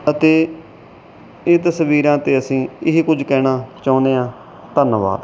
ਅਤੇ ਇਹ ਤਸਵੀਰਾਂ 'ਤੇ ਅਸੀਂ ਇਹੀ ਕੁਝ ਕਹਿਣਾ ਚਾਹੁੰਦੇ ਹਾਂ ਧੰਨਵਾਦ